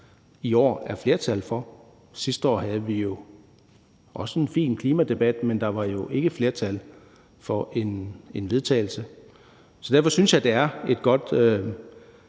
for en vedtagelsestekst. Sidste år havde vi jo også en fin klimadebat, men der var ikke et flertal for et forslag til vedtagelse, så derfor synes jeg, det er godt,